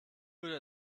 würde